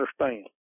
understand